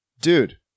dude